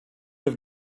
have